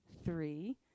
Three